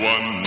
One